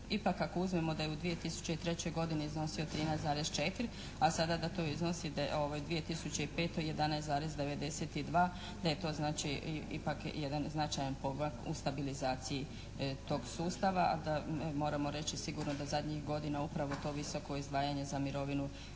Ipak ako uzmemo da je u 2003. godini iznosio 13,4 a sada da to iznosi 2005. 11,92, da je to znači ipak jedan značajan pomak u stabilizaciji tog sustava a da mi moramo reći sigurno da zadnjih godina upravo to visoko izdvajanje za mirovinu